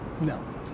No